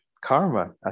karma